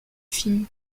film